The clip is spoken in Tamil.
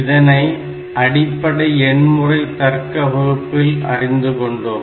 இதனை அடிப்படை எண்முறை தர்க்க வகுப்பில் அறிந்து கொண்டோம்